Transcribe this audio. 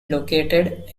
located